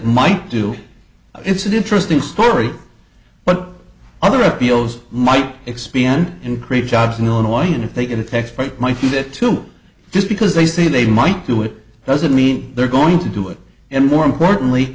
might do it's an interesting story but other appeals might expand and create jobs in illinois and if they get a tax break might feed it too just because they say they might do it doesn't mean they're going to do it and more importantly